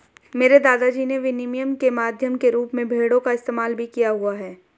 मेरे दादा जी ने विनिमय के माध्यम के रूप में भेड़ों का इस्तेमाल भी किया हुआ है